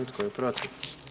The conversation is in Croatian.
I tko je protiv?